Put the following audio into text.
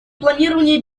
планирования